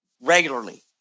regularly